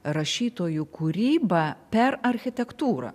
rašytojų kūrybą per architektūrą